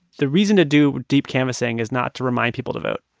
the reason to do deep canvassing is not to remind people to vote.